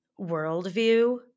worldview